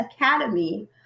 Academy